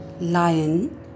lion